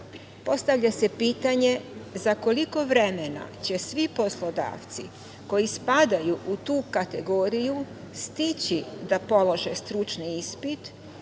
ispita. Postavlja se pitanje – za koliko vremena će svi poslodavci koji spadaju u tu kategoriju stići da polože stručni ispit